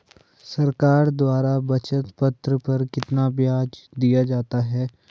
सरकार द्वारा बचत पत्र पर कितना ब्याज दिया जाता है?